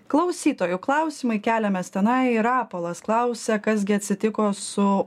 klausytojų klausimai keliamės tenai rapolas klausia kas gi atsitiko su